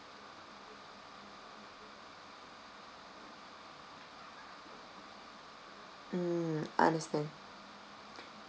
mm understand